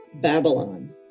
Babylon